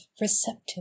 receptive